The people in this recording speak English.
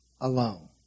alone